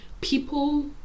people